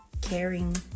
caring